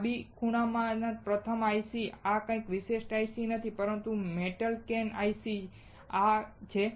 ડાબી ખૂણા પરનો પ્રથમ IC આ કંઈ વિશિષ્ટ IC નથી પરંતુ મેટલ કેન IC છે